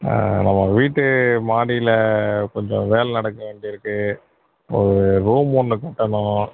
நம்ம வீட்டு மாடியில கொஞ்சம் வேலை நடக்க வேண்டிருக்குது ஒரு ரூம் ஒன்று கட்டணும்